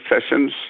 sessions